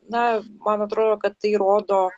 na man atrodo kad tai rodo